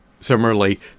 Similarly